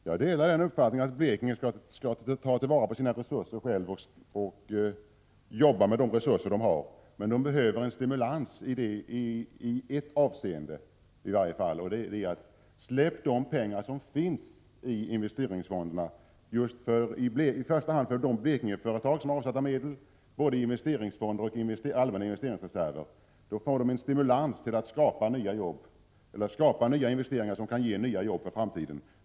Fru talman! Jag delar uppfattningen att Blekinge skall ta vara på sina egna resurser, men det behövs stimulans åtminstone i ett avseende: släpp de pengar som finns i investeringsfonderna i första hand för de Blekingeföretag som har avsatta medel både i investeringsfonder och i allmänna investeringsreserver. Då får de stimulans att göra investeringar som skapar nya jobb för framtiden.